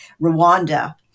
Rwanda